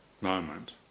moment